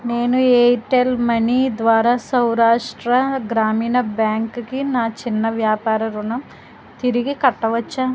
నేను Airtel money ద్వారా సౌరాష్ట్ర గ్రామీణ బ్యాంక్కి నా చిన్న వ్యాపార రుణం తిరిగి కట్టవచ్చా